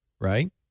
right